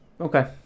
Okay